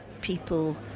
people